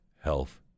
health